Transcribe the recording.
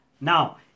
Now